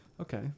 Okay